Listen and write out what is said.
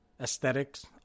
aesthetics